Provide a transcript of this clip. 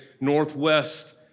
northwest